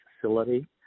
facility